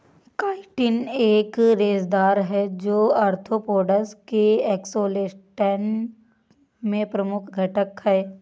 chitin एक रेशेदार है, जो आर्थ्रोपोड्स के एक्सोस्केलेटन में प्रमुख घटक है